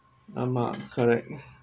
ஆமா:aamaa correct